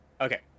Okay